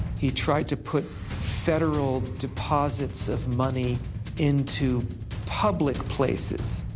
he tried to put federal deposits of money into public places,